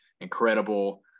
Incredible